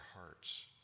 hearts